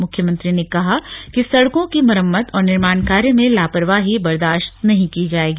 मुख्यमंत्री ने कहा है कि सड़कों की मरम्मत और निर्माण कार्य में लापरवाही बर्दाश्त नहीं की जाएगी